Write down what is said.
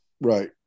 Right